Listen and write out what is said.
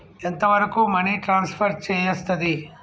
ఎంత వరకు money transfer చేయస్తది?